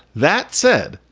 that said,